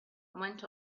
went